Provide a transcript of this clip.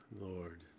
Lord